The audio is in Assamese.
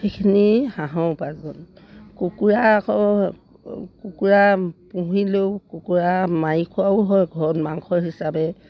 সেইখিনি হাঁহৰ উপাৰ্জন কুকুৰা আকৌ কুকুৰা পুহিলেও কুকুৰা মাৰি খোৱাও হয় ঘৰত মাংস হিচাপে